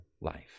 life